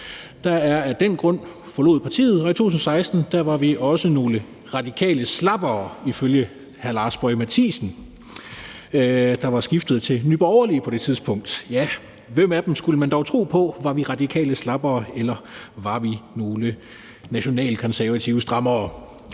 der af den grund forlod partiet, og i 2016 var vi også nogle radikale slappere ifølge hr. Lars Boje Mathiesen, der på det tidspunkt var skiftet til Nye Borgerlige. Ja, hvem af dem skulle man dog tro på; var vi Radikale slappere, eller var vi nogle nationalkonservative strammere?